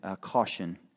caution